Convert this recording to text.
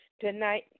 tonight